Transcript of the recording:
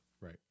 Right